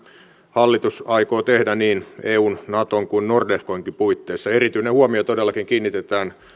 hallitus aikoo tehdä niin eun naton kuin nordefconkin puitteissa erityinen huomio todellakin kiinnitetään